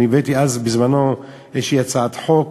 הבאתי אז בזמנו איזו הצעת חוק